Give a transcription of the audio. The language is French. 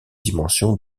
dimensions